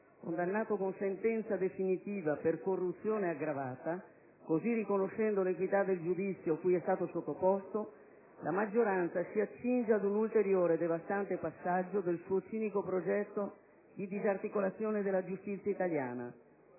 condannato con sentenza definitiva per corruzione aggravata, così riconoscendo l'equità del giudizio cui è stato sottoposto, la maggioranza si accinge ad un ulteriore, devastante passaggio del suo cinico progetto di disarticolazione della giustizia italiana.